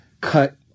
cut